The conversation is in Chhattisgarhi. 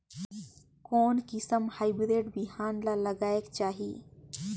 कोन किसम हाईब्रिड बिहान ला लगायेक चाही?